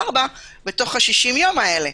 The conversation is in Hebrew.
ארבע בתוך 60 הימים האלה.